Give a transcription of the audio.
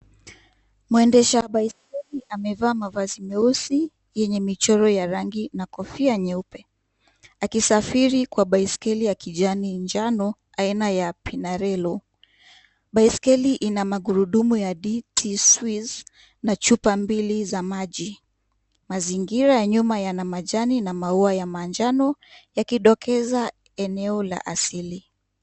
Mwendesha baiskeli amevaa mavazi meusi yenye michoro ya rangi na kofia nyeupe akisafiri kwa baiskeli ya kijani njano aina ya penarelo . Baiskeli ina magurudumu ya dt swiss na chupa mbili za maji. Mazingira ya nyuma yana majani na maua ya manjano yakidokeza eneo la asili.